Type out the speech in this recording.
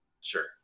Sure